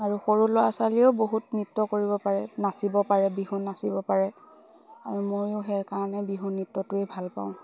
আৰু সৰু ল'ৰা ছোৱালীয়েও বহুত নৃত্য কৰিব পাৰে নাচিব পাৰে বিহু নাচিব পাৰে আৰু ময়ো সেইকাৰণে বিহু নৃত্যটোৱে ভাল পাওঁ